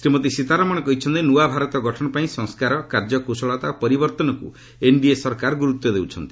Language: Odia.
ଶ୍ରୀମତୀ ସୀତାରମଣ କହିଛନ୍ତି ନୂଆ ଭାରତ ଗଠନ ପାଇଁ ସଂସ୍କାର କାର୍ଯ୍ୟକୁଶଳତା ଓ ପରିବର୍ତ୍ତନକୁ ଏନ୍ଡିଏ ସରକାର ଗୁରୁତ୍ୱ ଦେଉଛନ୍ତି